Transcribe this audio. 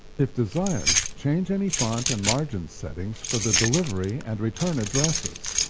if desired, change any font and margin settings for the delivery and return addresses.